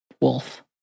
Wolf